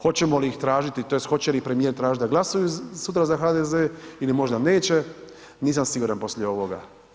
Hoćemo li ih tražiti, tj. hoće li premijer tražiti da glasuju sutra za HDZ ili možda neće, nisam siguran poslije ovoga.